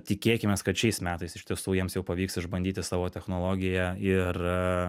tikėkimės kad šiais metais iš tiesų jiems jau pavyks išbandyti savo technologiją ir